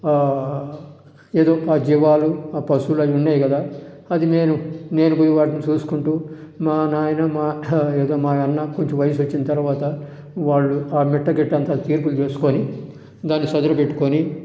ఏదో ఒక ఆ జీవాలు పశువులు అవి ఉన్నాయి కదా అది నేను నేను పోయి వాటిని చూసుకుంటూ మా నాయన మా ఏదో మా అన్న కొంచెం వయసు వచ్చిన తర్వాత వాళ్ళు ఆ మెట్ట గట్ట అంతా తేన్పులు చూసుకొని దాని చదును పెట్టుకొని